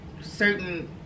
certain